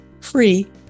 free